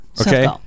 okay